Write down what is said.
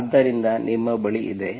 ಆದ್ದರಿಂದ ಇದು ನಿಮ್ಮ ಬಳಿ ಇದೆ